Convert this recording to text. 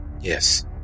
yes